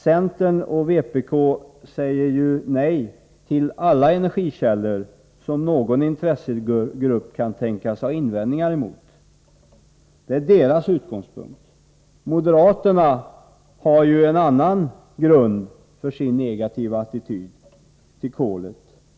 Centern och vpk säger ju nej till alla energikällor som någon intressegrupp kan tänkas ha invändningar mot. Det är deras utgångspunkt. Moderaterna har en annan grund för sin negativa attityd till kolet.